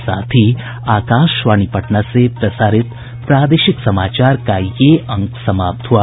इसके साथ ही आकाशवाणी पटना से प्रसारित प्रादेशिक समाचार का ये अंक समाप्त हुआ